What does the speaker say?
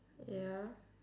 ya